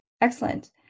Excellent